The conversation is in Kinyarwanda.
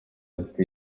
ati